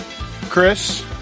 Chris